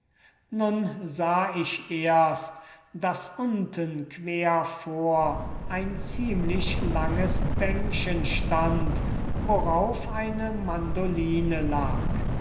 nun sah ich erst daß unten quervor ein ziemlich langes bänkchen stand worauf eine mandoline lag